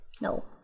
No